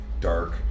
dark